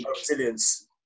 resilience